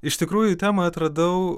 iš tikrųjų temą atradau